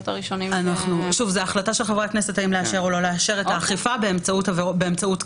זאת החלטה של חברי הכנסת האם לאשר או לא לאשר את האכיפה באמצעות קנס.